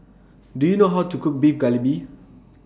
Do YOU know How to Cook Beef Galbi